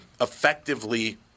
effectively